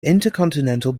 intercontinental